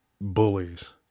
Bullies